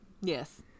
Yes